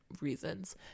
reasons